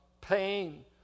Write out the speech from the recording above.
pain